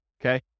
Okay